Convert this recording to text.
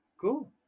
Cool